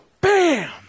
bam